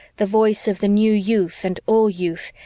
the voice of the new youth and all youth,